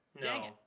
no